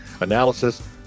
analysis